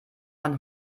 man